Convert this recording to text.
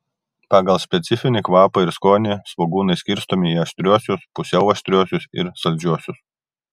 pagal specifinį kvapą ir skonį svogūnai skirstomi į aštriuosius pusiau aštriuosius ir saldžiuosius